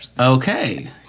okay